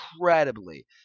incredibly